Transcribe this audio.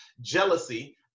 jealousy